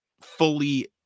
fully